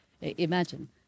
imagine